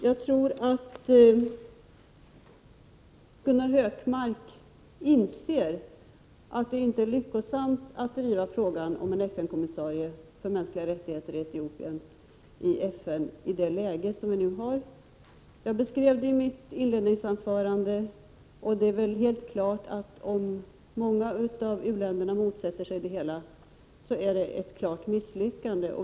Jag tror att Gunnar Hökmark inser att det inte är lyckosamt att driva frågan om en FN-kommissarie för mänskliga rättigheter i Etiopien i det nuvarande läget. Jag beskrev detta i mitt inledningsanförande, och det är väl helt klart att om många av u-länderna motsätter sig förslaget är det ett klart misslyckande.